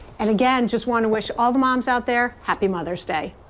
and again just want to wish all the moms out there happy mother's day.